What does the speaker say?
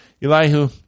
Elihu